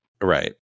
right